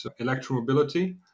electromobility